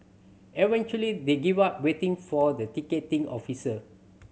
eventually they gave up waiting for the ticketing officer